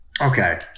Okay